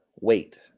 wait